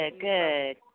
good